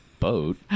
boat